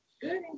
Good